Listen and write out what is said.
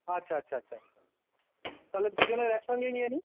আচ্ছা আচ্ছা আচ্ছা তাহলে দুজনের একসঙ্গেই নিয়ে নিই